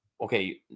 Okay